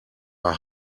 are